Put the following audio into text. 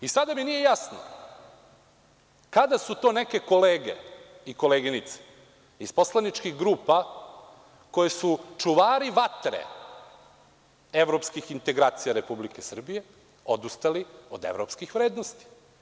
I sada mi nije jasno kada su to neke kolege i koleginice iz poslaničkih grupa, koje su čuvari vatre evropskih integracija Republike Srbije, odustali od evropskih vrednosti?